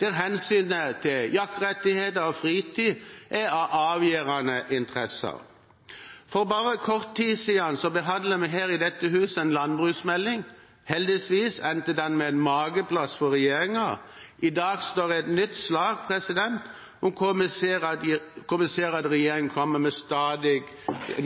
der hensynet til jaktrettigheter og fritid er av avgjørende interesse. For bare kort tid siden behandlet vi her i dette hus en landbruksmelding. Heldigvis endte den med et mageplask for regjeringen. I dag står et nytt slag, hvor vi ser at regjeringen kommer med stadig